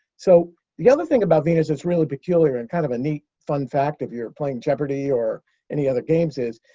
so, the other thing about venus that's really peculiar and kind of a neat, fun fact if you're playing jeopardy! or any other games is,